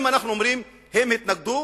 אם אנחנו אומרים: הם התנגדו,